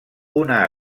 una